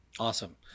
Awesome